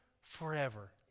forever